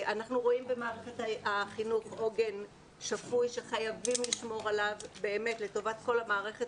אנחנו רואים במערכת החינוך עוגן שפוי שחייבים לשמור עליו לטובת כל המערכת